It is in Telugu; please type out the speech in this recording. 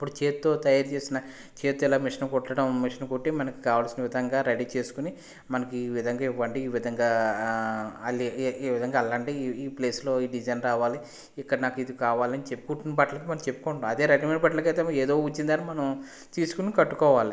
ఇప్పుడు చేత్తో తయారుచేసిన చేత్తో ఇలా మెషిన్ కుట్టడం మెషిన్ కుట్టి మనకు కావాల్సిన విధంగా రెడీ చేసుకుని మనకి ఈ విధంగా ఇవ్వండి ఈ విధంగా అల్లి ఈ విధంగా అల్లండి ఈ ప్లేస్లో ఈ డిజైన్ రావాలి ఇక్కడ నాకు ఇది కావాలని చెప్పి కుట్టిన బట్టలకి మనం చెప్పుకుంటాం అదే రెడీమేడ్ బట్టలకి అయితే ఏదో వచ్చింది దాన్నిమనం తీసుకుని కట్టుకోవాలి